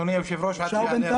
אדוני היושב-ראש, בינתיים?